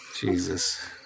Jesus